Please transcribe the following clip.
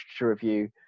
review